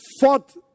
fought